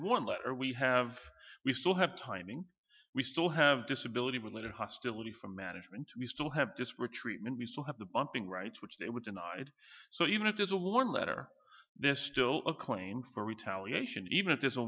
a letter we have we still have timing we still have disability related hostility from management we still have disparate treatment we still have the bumping rights which they would deny it so even if there's a war letter there's still a claim for retaliation even if th